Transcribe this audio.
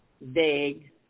vague